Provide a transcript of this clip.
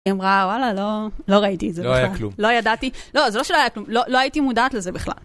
היא אמרה, וואלה, לא ראיתי את זה בכלל. - לא היה כלום. - לא ידעתי, לא, זה לא שלא היה כלום. לא הייתי מודעת לזה בכלל.